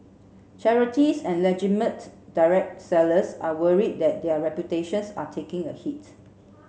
charities and legitimate direct sellers are worried that their reputations are taking a hit